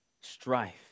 strife